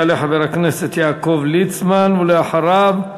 יעלה חבר הכנסת יעקב ליצמן, ואחריו,